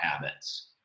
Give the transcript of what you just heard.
habits